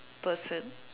person